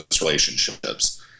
relationships